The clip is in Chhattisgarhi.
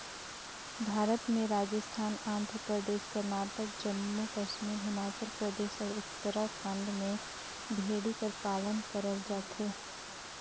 भारत में राजिस्थान, आंध्र परदेस, करनाटक, जम्मू कस्मी हिमाचल परदेस, अउ उत्तराखंड में भेड़ी कर पालन करल जाथे